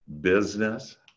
business